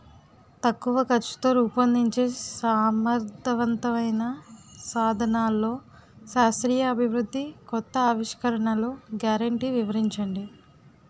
తక్కువ ఖర్చుతో రూపొందించే సమర్థవంతమైన సాధనాల్లో శాస్త్రీయ అభివృద్ధి కొత్త ఆవిష్కరణలు గ్యారంటీ వివరించండి?